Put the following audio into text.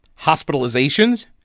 hospitalizations